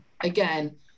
again